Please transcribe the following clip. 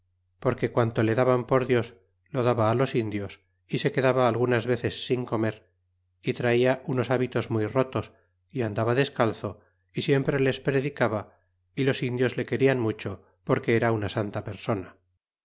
porque quanto le daban por dios lo daba los indios y se quedaba algunas veces sin comer y trata unos hábitos muy rotos y andaba descalzo y siempre les predicaba y los indios le querian mucho porque era una santa persona